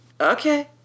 Okay